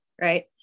right